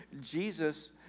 Jesus